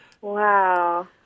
Wow